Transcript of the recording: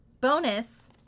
bonus